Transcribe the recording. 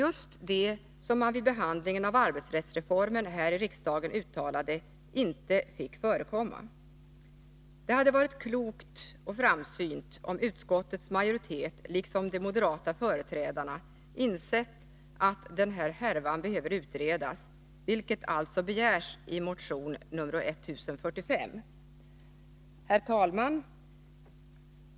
Vad man vid behandlingen av frågan om arbetsrättsreformen här i riksdagen uttalade var ju just att en sådan inte fick förekomma. Det hade varit klokt och framsynt om utskottets majoritet liksom de moderata företrädarna hade insett att den här härvan behöver redas ut, vilket alltså begärs i motion 1045. Herr talman!